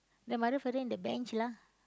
the mother father in the bench lah